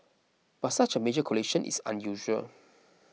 but such a major collision is unusual